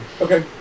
Okay